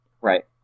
Right